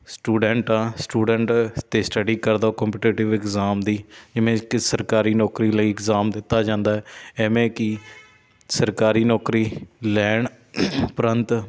student ਹਾਂ student ਅਤੇ study ਕਰਦਾ ਕੋਂਪੀਟੇਟੀਵ ਐਗਜ਼ਾਮ ਦੀ ਜਿਵੇਂ ਕਿ ਸਰਕਾਰੀ ਨੌਕਰੀ ਲਈ ਐਗਜ਼ਾਮ ਦਿੱਤਾ ਜਾਂਦਾ ਹੈ ਇਵੇਂ ਕਿ ਸਰਕਾਰੀ ਨੌਕਰੀ ਲੈਣ ਉਪਰੰਤ